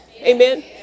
Amen